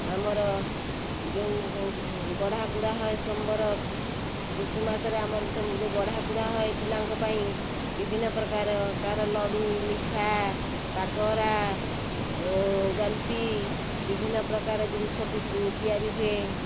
ଆମର ଯେଉଁ ବଢ଼ାକୁଢ଼ା ହଏ ସୋମବାର ପୁଷୁମାସରେ ଆମର ସବୁ ବଢ଼ାକୁଢ଼ା ହଏ ଯେଉଁ ପିଲାଙ୍କ ପାଇଁ ବିଭିନ୍ନ ପ୍ରକାର କାହାର ଲଡ଼ୁ ମିଠା କାକରା ଜଲପି ବିଭିନ୍ନ ପ୍ରକାର ଜିନିଷ ବି ତିଆରି ହୁଏ